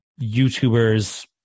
YouTubers